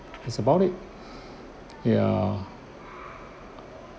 that's about it ya